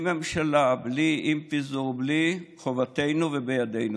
עם ממשלה, בלי, עם פיזור או בלי, מחובתנו ובידנו.